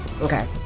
Okay